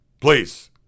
please